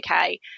okay